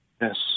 Yes